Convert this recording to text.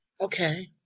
Okay